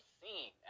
seen